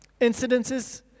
incidences